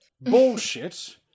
Bullshit